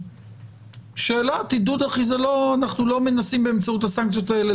אנחנו לא מנסים באמצעות הסנקציות האלה